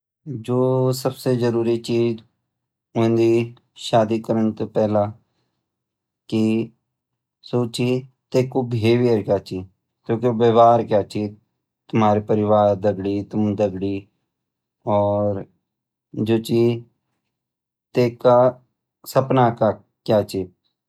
जो सबसे जरूरी चीज होंदी शादी करण से पहला कि सु छ तै कु व्यवहार क्या छ तुमार परिवार दगडी तुम दगडी और तै का सपना क्या छ।